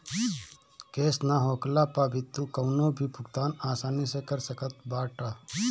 cash ना होखला पअ भी तू कवनो भी भुगतान आसानी से कर सकत बाटअ